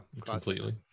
completely